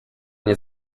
nie